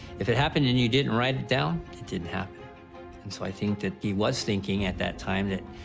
if it happened and you didn't write it down, it didn't happen. and so i think that he was thinking at that time that,